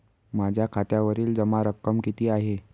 माझ्या खात्यावरील जमा रक्कम किती आहे?